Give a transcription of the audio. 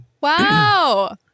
Wow